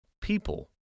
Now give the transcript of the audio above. people